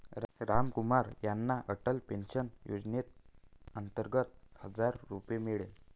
रामकुमार यांना अटल पेन्शन योजनेअंतर्गत हजार रुपये मिळाले